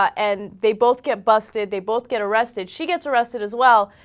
and they both get busted they both get arrested she gets arrested as well